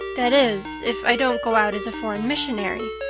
that is, if i don't go out as a foreign missionary.